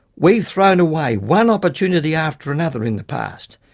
we've thrown away one opportunity after another in the past.